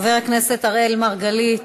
חבר הכנסת אראל מרגלית,